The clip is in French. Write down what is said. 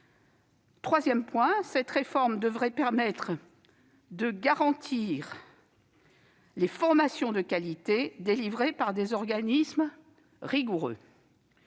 Troisièmement, cette réforme devrait permettre de garantir des formations de qualité, délivrées par des organismes rigoureux.